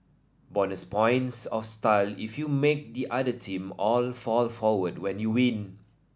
bonus points of style if you make the other team all fall forward when you win